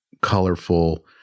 colorful